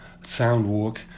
Soundwalk